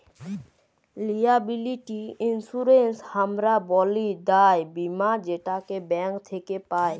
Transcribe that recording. liability insurance হামরা ব্যলি দায় বীমা যেটাকে ব্যাঙ্ক থক্যে পাই